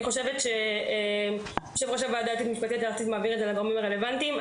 אני חושבת שיושב-ראש הוועדה המשפטית הארצית מעביר לגורמים הרלוונטיים.